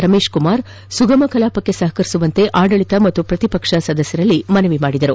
ರಮೇಶ್ಕುಮಾರ್ ಸುಗಮ ಕಲಾಪಕ್ಕೆ ಸಹಕರಿಸುವಂತೆ ಆಡಳಿತ ಮತ್ತು ಪ್ರತಿಪಕ್ಕ ಸದಸ್ಯರಲ್ಲಿ ಮನವಿ ಮಾಡಿದರು